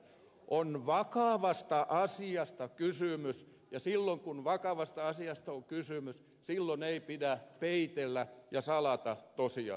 on vakavasta asiasta kysymys ja silloin kun vakavasta asiasta on kysymys ei pidä peitellä ja salata tosiasioita